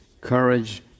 courage